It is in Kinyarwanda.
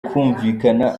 kwumvikana